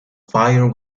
fire